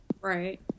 right